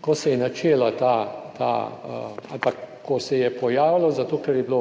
ko se je načela ta ali pa ko se je pojavilo zato, ker je bilo